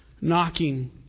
knocking